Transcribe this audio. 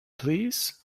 please